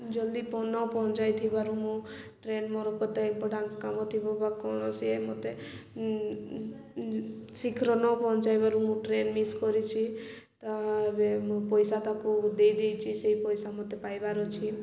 ଜଲ୍ଦି ନ ପହଞ୍ଚାଇ ଥିବାରୁ ମୁଁ ଟ୍ରେନ୍ ମୋର କେତେ ଇମ୍ପୋଟାନ୍ସ କାମ ଥିବ ବା କୌଣସି ମୋତେ ଶୀଘ୍ର ନ ପହଞ୍ଚାଇବାରୁ ମୁଁ ଟ୍ରେନ୍ ମିସ୍ କରିଛି ତାହା ଏବେ ମୁଁ ପଇସା ତାକୁ ଦେଇଦେଇଛି ସେଇ ପଇସା ମୋତେ ପାଇବାର ଅଛି